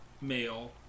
male